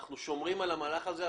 אנחנו שומרים על המהלך הזה.